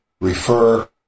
refer